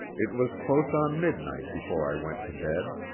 it was close on midnight before i went to bed.